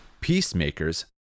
peacemakers